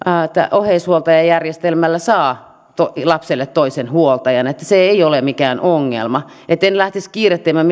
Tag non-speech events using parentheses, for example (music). oheishuoltajajärjestelmällä saa lapselle toisen huoltajan niin että se ei ole minkään ongelma en lähtisi kiirehtimään (unintelligible)